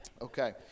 Okay